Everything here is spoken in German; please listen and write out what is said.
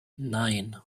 nein